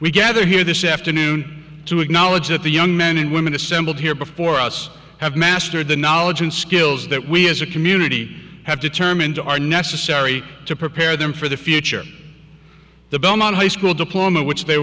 we gathered here this afternoon to acknowledge that the young men and women assembled here before us have mastered the knowledge and skills that we as a community have determined are necessary to prepare them for the future the high school diploma which they